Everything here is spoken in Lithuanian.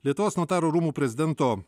lietuvos notarų rūmų prezidento